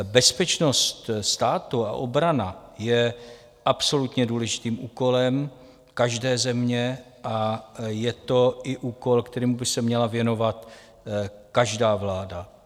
Bezpečnost státu a obrana je absolutně důležitým úkolem každé země a je to i úkol, kterému by se měla věnovat každá vláda.